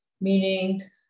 meaning